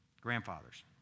grandfathers